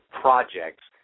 projects